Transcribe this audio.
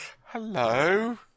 Hello